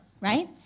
Right